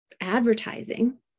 advertising